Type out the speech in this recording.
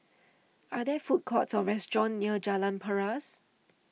are there food courts or restaurants near Jalan Paras